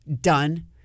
Done